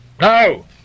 No